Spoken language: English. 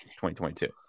2022